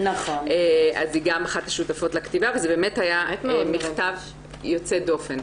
אז היא גם אחת השותפות לכתיבה וזה באמת היה מכתב יוצא דופן.